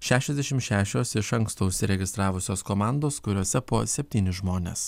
šešiasdešim šešios iš anksto užsiregistravusios komandos kuriose po septynis žmones